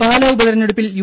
പാലാ ഉപതെരഞ്ഞെടുപ്പിൽ യു